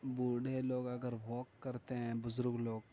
بوڑھے لوگ اگر واک کرتے ہیں بزرگ لوگ